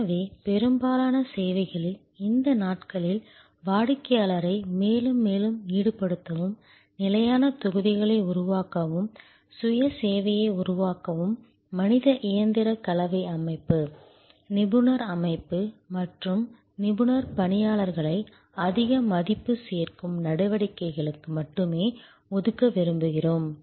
எனவே பெரும்பாலான சேவைகளில் இந்த நாட்களில் வாடிக்கையாளரை மேலும் மேலும் ஈடுபடுத்தவும் நிலையான தொகுதிகளை உருவாக்கவும் சுய சேவையை உருவாக்கவும் மனித இயந்திர கலவை அமைப்பு நிபுணர் அமைப்பு மற்றும் நிபுணர் பணியாளர்களை அதிக மதிப்பு சேர்க்கும் நடவடிக்கைகளுக்கு மட்டுமே ஒதுக்க விரும்புகிறோம்